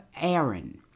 Aaron